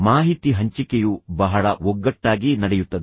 ಮಾಹಿತಿ ಹಂಚಿಕೆಯು ಬಹಳ ಒಗ್ಗಟ್ಟಾಗಿ ನಡೆಯುತ್ತದೆ